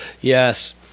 Yes